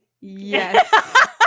Yes